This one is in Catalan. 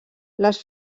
les